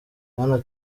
bwana